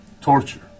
Torture